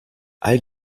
all